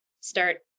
start